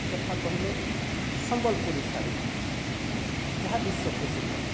କଥା କହିଲେ ସମ୍ବଲପୁରୀ ଶାଢ଼ୀ ଯାହା ବିଶ୍ୱ ପ୍ରସିଦ୍ଧ